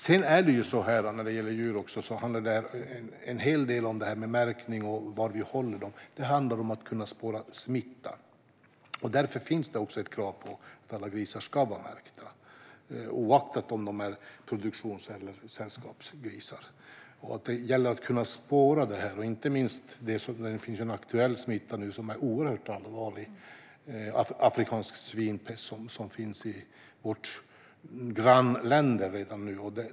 Det här med märkning av djur och var vi håller dem handlar till stor del om att kunna spåra smitta. Därför finns det också ett krav på att alla grisar ska vara märkta, oavsett om de är produktions eller sällskapsgrisar. Det gäller att kunna spåra det här. Det finns en aktuell smitta som är oerhört allvarlig, nämligen afrikansk svinpest, som finns i våra grannländer redan nu.